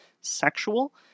sexual